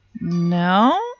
No